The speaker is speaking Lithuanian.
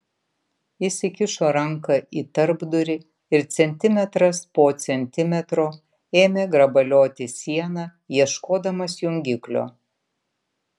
jis įkišo ranką į tarpdurį ir centimetras po centimetro ėmė grabalioti sieną ieškodamas jungiklio